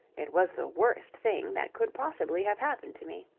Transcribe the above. it was the worst thing that could possibly have happened to me.